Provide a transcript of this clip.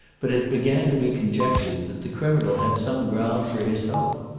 but it began to be conjectured that the criminal had some ground for his hope.